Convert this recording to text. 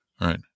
right